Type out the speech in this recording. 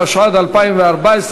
התשע"ד 2014,